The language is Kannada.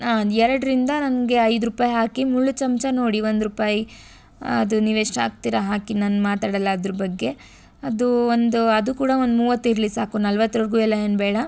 ಹಾಂ ಒಂದು ಎರಡರಿಂದ ನನಗೆ ಐದು ರೂಪಾಯಿ ಹಾಕಿ ಮುಳ್ಳು ಚಮಚ ನೋಡಿ ಒಂದು ರೂಪಾಯಿ ಅದು ನೀವು ಎಷ್ಟು ಹಾಕ್ತೀರಾ ಹಾಕಿ ನಾನು ಮಾತಾಡಲ್ಲ ಅದರ ಬಗ್ಗೆ ಅದು ಒಂದು ಅದು ಕೂಡ ಒಂದು ಮೂವತ್ತು ಇರಲಿ ಸಾಕು ನಲವತ್ತುವರ್ಗು ಏನು ಬೇಡ